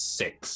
six